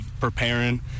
preparing